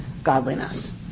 Godliness